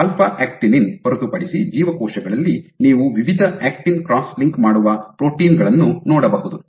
alpha actinin ಹೊರತುಪಡಿಸಿ ಜೀವಕೋಶಗಳಲ್ಲಿ ನೀವು ವಿವಿಧ ಆಕ್ಟಿನ್ ಕ್ರಾಸ್ ಲಿಂಕ್ ಮಾಡುವ ಪ್ರೋಟೀನ್ ಗಳನ್ನು ನೋಡಬಹುದು